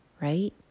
right